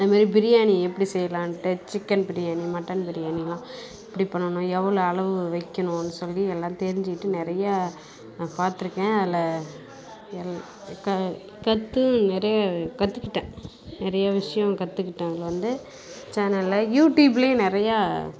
அதுமாரி பிரியாணி எப்படி செய்யலான்ட்டு சிக்கன் பிரியாணி மட்டன் பிரியாணியெலாம் எப்படி பண்ணணும் எவ்வளோ அளவு வைக்கணுன்னு சொல்லி எல்லா தெரிஞ்சுக்கிட்டு நிறையா பார்த்துருக்கேன் அதில் கற்று நிறைய கற்றுக்கிட்டேன் நிறைய விஷயம் கற்றுக்கிட்டேன் அதில் வந்து சேனலில் யூட்யூப்லேயும் நிறையா